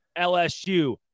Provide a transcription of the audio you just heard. LSU